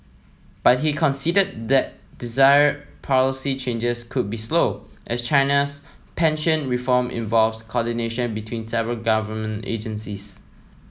but he conceded that desired policy changes could be slow as China's pension reform involves coordination between several government agencies